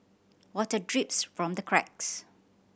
water drips from the cracks